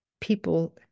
people